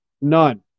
None